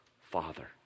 Father